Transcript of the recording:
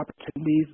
opportunities